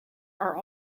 are